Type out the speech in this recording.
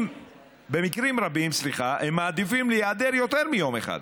במקרים רבים הם מעדיפים להיעדר יותר מיום אחד